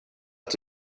att